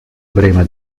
brema